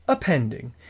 pending